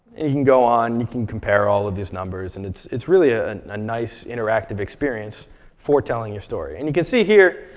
you can go on, you can compare all of these numbers. and it's it's really a nice interactive experience for telling your story. and you can see here,